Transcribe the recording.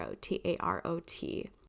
T-A-R-O-T